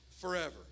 forever